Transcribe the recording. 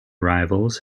rivals